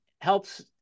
helps